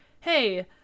hey